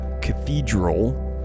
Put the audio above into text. cathedral